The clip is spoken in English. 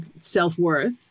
self-worth